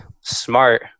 smart